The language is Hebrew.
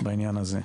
בעניין הזה.